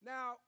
Now